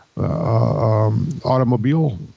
Automobile